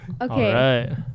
Okay